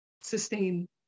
sustain